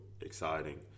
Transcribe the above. exciting